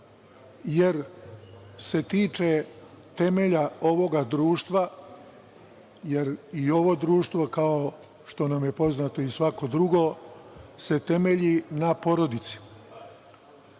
jer se tiče temelja ovoga društva, jer i ovo društvo, kao što nam je poznato, i svako drugo se temelji na porodici,